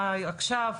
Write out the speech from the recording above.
מה עכשיו,